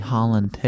Holland